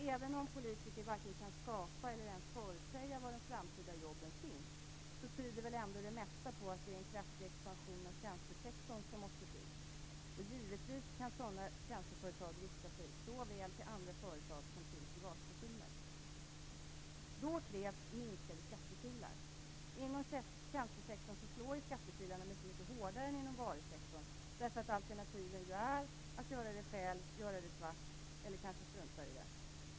Även om politiker varken kan skapa eller ens förutsäga var de framtida jobben finns, tyder ändå det mesta på att det är en kraftig expansion av tjänstesektorn som måste till. Givetvis kan sådana tjänsteföretag rikta sig såväl till andra företag som till privatpersoner. Då krävs det minskade skattekilar. Inom tjänstesektorn slår skattekilarna mycket hårdare än inom varusektorn, därför att alternativen är att göra det själv, göra det svart eller strunta i det.